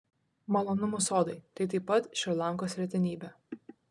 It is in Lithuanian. malonumų sodai tai taip pat šri lankos retenybė